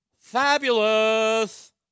fabulous